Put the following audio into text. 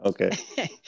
Okay